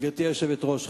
גברתי היושבת-ראש,